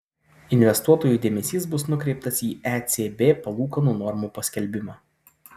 investuotojų dėmesys bus nukreiptas į ecb palūkanų normų paskelbimą